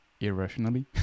irrationally